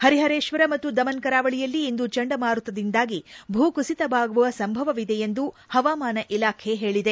ಪರಿಪರೇಶ್ವರ ಮತ್ತು ದಮನ್ ಕರಾವಳಿಯಲ್ಲಿ ಇಂದು ಚಂಡಮಾರುತದಿಂದಾಗಿ ಭೂಕುಸಿತವಾಗುವ ಸಂಭವವಿದೆ ಎಂದು ಪವಾಮಾನ ಇಲಾಖೆ ಹೇಳಿದೆ